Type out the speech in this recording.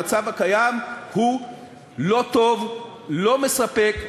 המצב הקיים הוא לא טוב, לא מספק.